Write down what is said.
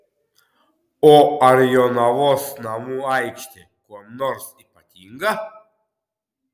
o ar jonavos namų aikštė kuom nors ypatinga